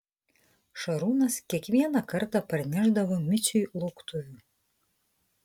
šarūnas kiekvieną kartą parnešdavo miciui lauktuvių